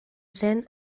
zen